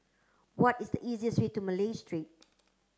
what is the easiest way to Malay Street